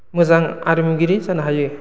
मोजां आरिमुगिरि जानो हायो